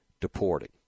deporting